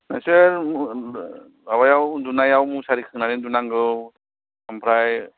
नोंसोर माबायाव उन्दुनायाव मुसारि खोंनानै उन्दुनांगौ ओमफ्राय